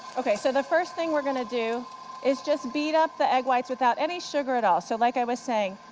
ok, so the first thing we're going to do is just a beat up the egg whites without any sugar at all. so like i was saying,